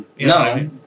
No